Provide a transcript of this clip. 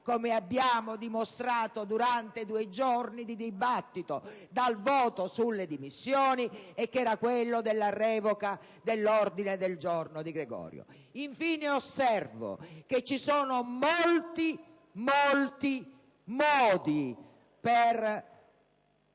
come abbiamo dimostrato durante due giorni di dibattito, dal voto sulle dimissioni e che era quella della revoca dell'ordine del giorno del senatore De Gregorio. Infine, osservo che ci sono molti, molti modi per